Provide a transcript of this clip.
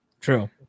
True